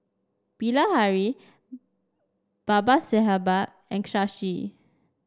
Bilahari Babasaheb and Shashi